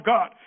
God